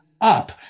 up